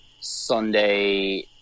Sunday